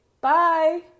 bye